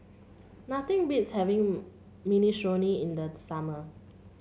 nothing beats having Minestrone in the summer